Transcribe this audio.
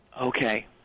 Okay